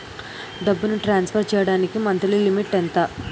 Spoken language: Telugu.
డబ్బును ట్రాన్సఫర్ చేయడానికి మంత్లీ లిమిట్ ఎంత?